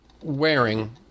wearing